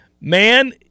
man